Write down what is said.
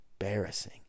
embarrassing